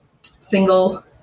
single